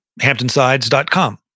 hamptonsides.com